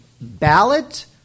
ballot